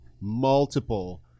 multiple